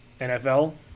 NFL